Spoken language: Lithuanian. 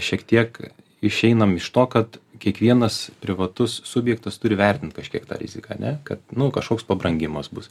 šiek tiek išeinam iš to kad kiekvienas privatus subjektas turi vertint kažkiek tą riziką ane kad nu kažkoks pabrangimas bus